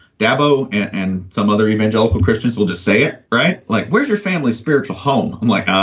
dabo and some other evangelical christians will just say it right. like, where's your family's spiritual home? i'm like.